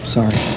Sorry